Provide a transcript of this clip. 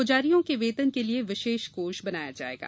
पुजारियों के वेतन के लिए विशेष कोष बनाया जायेगा